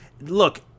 Look